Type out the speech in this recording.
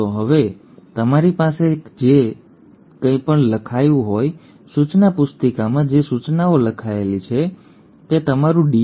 તો હવે તમારી પાસે છે જે કંઈ પણ લખાયું હોય સૂચના પુસ્તિકામાં જે સૂચનાઓ લખેલી છે તે તમારું ડી